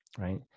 right